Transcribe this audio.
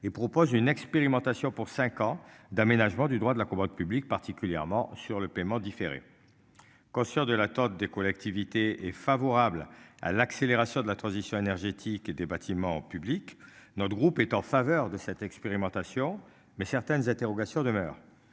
et propose une expérimentation pour 5 ans d'aménagement du droit de la commande publique particulièrement sur le paiement différé. Conscient de l'attente des collectivités et favorable à l'accélération de la transition énergétique et des bâtiments publics. Notre groupe est en faveur de cette expérimentation, mais certaines interrogations demeurent.